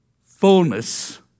fullness